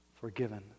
forgiven